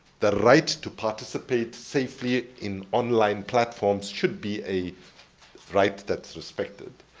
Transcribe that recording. the right to participate safely in online platforms should be a right that's respected,